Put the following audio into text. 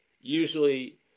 usually